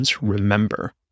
remember